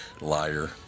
Liar